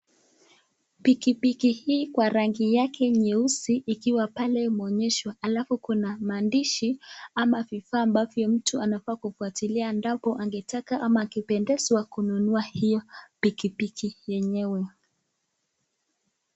Pikipiki hii kwa rangi yake nyeusi, ikiwa pale imeonyeshwa alafu kuna maandishi, ama vifaa ambavyo mtu anafaa kufuatilia endapo angetaka ama akipendezwa kununua hiyo pikipiki yenyewe.